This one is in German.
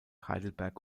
heidelberg